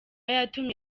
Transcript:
yatumye